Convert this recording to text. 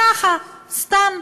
ככה סתם,